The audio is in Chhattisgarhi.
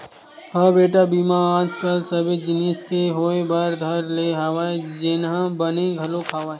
हव बेटा बीमा आज कल सबे जिनिस के होय बर धर ले हवय जेनहा बने घलोक हवय